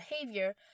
behavior